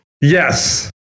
yes